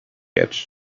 edge